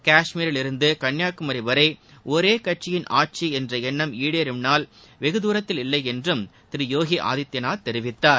கஷ்மீரிலிருந்து கன்னியாகுமரி வரை ஒரே கட்சியின் ஆட்சி என்ற எண்ணம் ஈடேறும் நாள் வெகு துரத்தில் இல்லை என்றும் திரு யோகி ஆதித்யநாத் தெரிவித்தார்